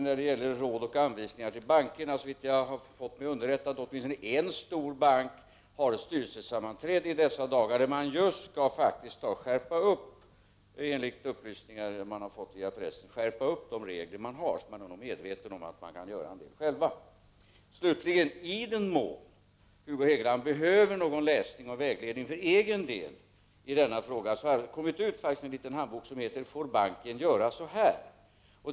När det gäller råd och anvisningar till bankerna skall, såvitt jag har blivit underrättad, åtminstone en stor bank ha styrelsesammanträde i dessa dagar. Enligt upplysningar i pressen skall man skärpa sina regler. De är nog medvetna om att de kan göra en del själva. I den mån Hugo Hegeland behöver någon läsning och vägledning för egen del i denna fråga vill jag slutligen nämna att det har kommit ut en liten handbok som heter Får banken göra så här?